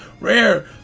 Rare